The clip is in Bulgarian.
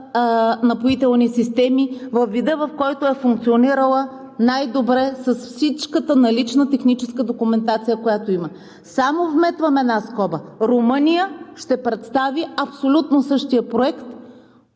Напоителни системи, във вида, в който е функционирала най-добре, с всичката налична техническа документация, която има. Само вметвам една скоба – Румъния ще представи абсолютно същия проект